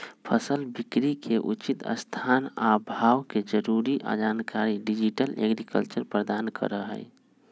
फसल बिकरी के उचित स्थान आ भाव के जरूरी जानकारी डिजिटल एग्रीकल्चर प्रदान करहइ